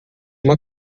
uma